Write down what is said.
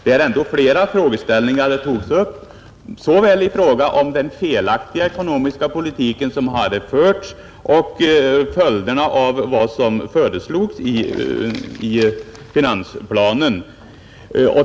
Där upptogs flera frågeställningar både i fråga om den felaktiga ekonomiska politiken som förts och beträffande följder av vad som föreslagits i finansplanen.